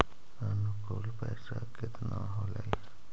अनुकुल पैसा केतना होलय